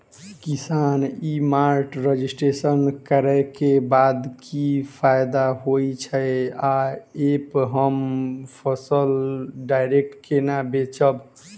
किसान e mart registration करै केँ बाद की फायदा होइ छै आ ऐप हम फसल डायरेक्ट केना बेचब?